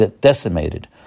decimated